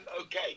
okay